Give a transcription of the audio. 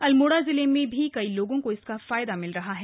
अल्मोड़ा जिले में भी कई लोगों को इसका लाभ मिल रहा है